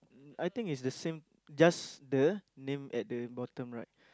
I think it's the same just the name at the bottom right